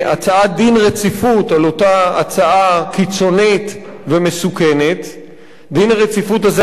בהצעה להחיל דין רציפות על אותה הצעה קיצונית ומסוכנת.